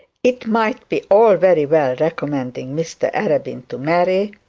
it might be all very well recommending mr arabin to marry,